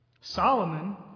Solomon